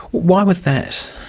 why was that?